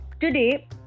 Today